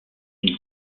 une